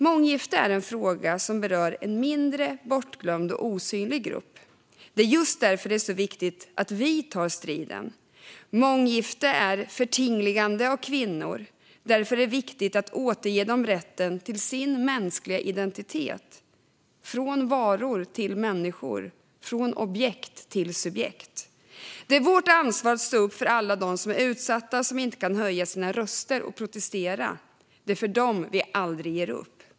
Månggifte är en fråga som berör en mindre, bortglömd och osynlig grupp. Just därför är det viktigt att vi tar striden. Månggifte är förtingligande av kvinnor. Därför är det viktigt att återge dem rätten till sin mänskliga identitet - från varor till människor, från objekt till subjekt. Det är vårt ansvar att stå upp för alla dem som är utsatta och som inte kan höja sina röster och protestera. Det är för dem vi aldrig ger upp.